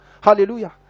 Hallelujah